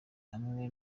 hamwe